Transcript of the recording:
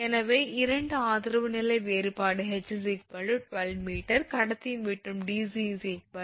எனவே 2 ஆதரவு நிலை வேறுபாடு h 12 𝑚 கடத்தியின் விட்டம் 𝑑𝑐 1